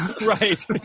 Right